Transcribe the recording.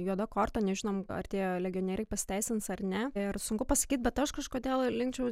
juoda korta nežinom ar tie legionieriai pasiteisins ar ne ir sunku pasakyt bet aš kažkodėl linkčiau